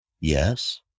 Yes